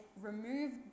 remove